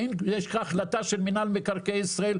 יש החלטה של מינהל מקרקעי ישראל,